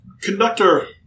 Conductor